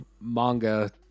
manga